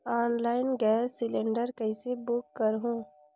Online gas cylinder कइसे book करहु?